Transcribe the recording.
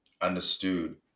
understood